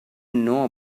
know